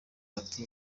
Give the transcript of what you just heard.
bati